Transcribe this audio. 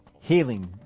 healing